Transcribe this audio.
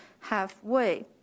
halfway